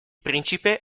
principe